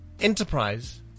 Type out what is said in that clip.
enterprise